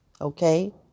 okay